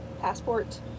passport